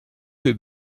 fait